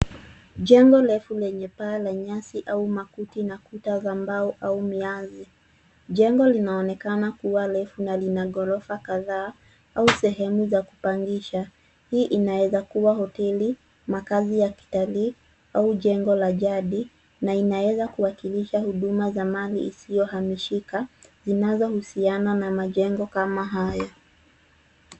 Jengo refu lenye paa la nyasi au makuti na kuta za mbao au miazi. Jengo linaonekana kuwa refu na lina ghorofa kadhaa au sehemu za kupangisha. Hii inaweza kuwa hoteli, makazi ya kitalii au jengo la jadi na inaweza kuwakilisha huduma za mali isio hamishika zinazo husiana na majengo kama hayo.